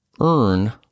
earn